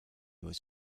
was